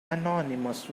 anonymous